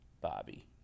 Bobby